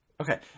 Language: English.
okay